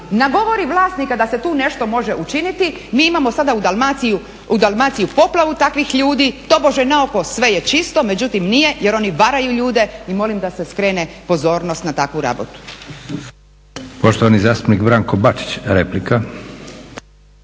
Nagovori vlasnika da se tu nešto može učiniti, mi imamo sada u Dalmaciji poplavu takvih ljudi, tobože naoko sve je čisto, međutim nije jer oni varaju ljude i molim da se skrene pozornost na takvu rabotu.